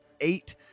eight